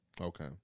Okay